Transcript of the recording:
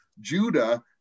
Judah